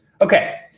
Okay